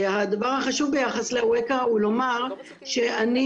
הדבר החשוב ביחס לאווקה הוא לומר שאני